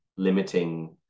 limiting